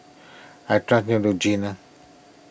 I trust Neutrogena